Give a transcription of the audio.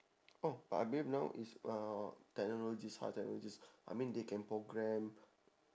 oh but I mean now is uh technologies all that which is I mean they can programme